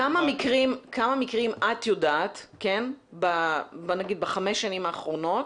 כמה מקרים את יודעת בחמש שנים האחרונות